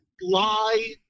lie